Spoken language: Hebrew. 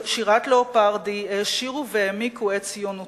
שירת ליאופרדי, העשירו והעמיקו את ציונותי.